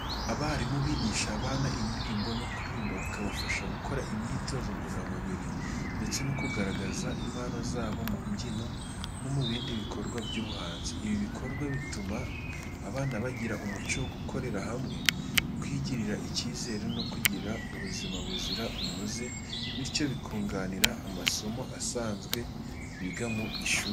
Abarimu bigisha abana indirimbo no kuririmba, bakabafasha gukora imyitozo ngororamubiri ndetse no kugaragaza impano zabo mu mbyino no mu bindi bikorwa by'ubuhanzi. Ibi bikorwa bituma abana bagira umuco wo gukorera hamwe, kwigirira icyizere no kugira ubuzima buzira umuze, bityo bikunganira amasomo asanzwe biga mu ishuri.